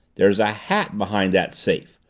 there's a hat behind that safe,